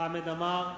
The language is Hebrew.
חמד עמאר,